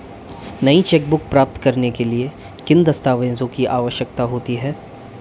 नई चेकबुक प्राप्त करने के लिए किन दस्तावेज़ों की आवश्यकता होती है?